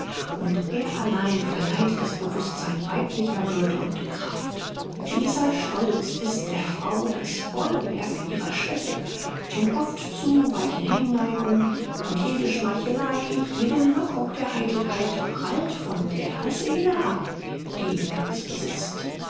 und er allein verleiht das bewußtsein weiblicher würde und kraft dieser stolz ist der frau das bollwerk ihrer schwäche und oft zu weichen hinneigung und jede schmeichelei jede lockung der eitelkeit prallt von der seele ab die ihn ganz besitzt